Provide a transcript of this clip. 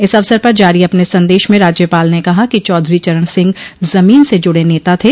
इस अवसर पर जारी अपने संदश में राज्यपाल ने कहा कि चौधरी चरण सिंह जमीन से जूड़े नेता थे